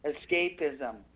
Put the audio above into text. Escapism